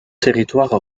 territoire